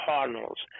Cardinals